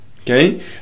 Okay